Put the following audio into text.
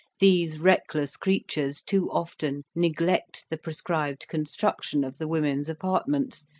these reckless creatures too often neglect the prescribed construction of the women's apartments,